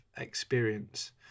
experience